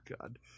God